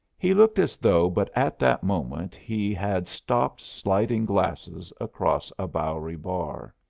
he looked as though but at that moment he had stopped sliding glasses across a bowery bar.